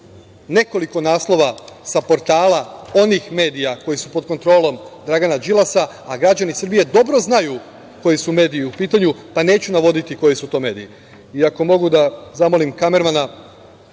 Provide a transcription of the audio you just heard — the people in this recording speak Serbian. nekoliko naslova sa portala onih medija koji su pod kontrolom Dragana Đilasa, a građani Srbije dobro znaju koji su mediji u pitanju, pa neću navoditi koji su to mediji. Ako mogu, da zamolim kamermana